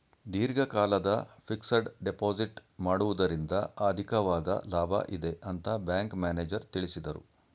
ದೀರ್ಘಕಾಲದ fixed deposit ಮಾಡುವುದರಿಂದ ಅಧಿಕವಾದ ಲಾಭ ಇದೆ ಅಂತ ಬ್ಯಾಂಕ್ ಮ್ಯಾನೇಜರ್ ತಿಳಿಸಿದರು